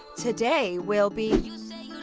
today, we'll be yeah